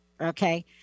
Okay